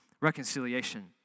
reconciliation